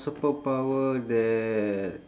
superpower that